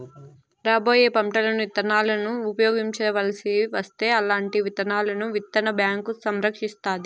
రాబోయే పంటలలో ఇత్తనాలను ఉపయోగించవలసి వస్తే అల్లాంటి విత్తనాలను విత్తన బ్యాంకు సంరక్షిస్తాది